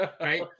Right